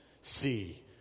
See